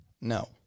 No